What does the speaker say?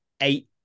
eight